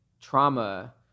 trauma